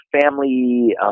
family